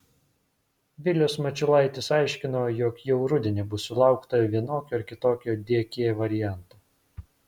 vilius mačiulaitis aiškino jog jau rudenį bus sulaukta vienokio ar kitokio dk varianto